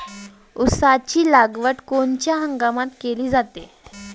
ऊसाची लागवड कोनच्या हंगामात केली जाते?